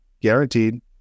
guaranteed